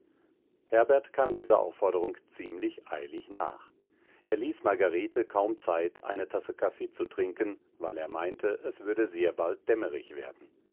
herbert kam dieser aufforderung ziemlich eilig nach er ließ margarete kaum zeit eine tasse kaffee zu trinken weil er meinte es würde sehr bald dämmerig werden